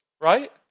right